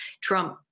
Trump